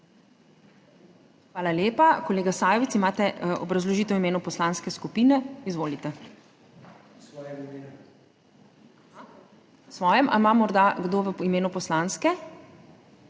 Hvala lepa. Kolega Sajovic, imate obrazložitev v imenu poslanske skupine? Izvolite. Ali ima morda kdo v imenu poslanske?